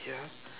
ya